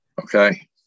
okay